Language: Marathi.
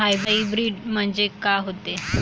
हाइब्रीड म्हनजे का होते?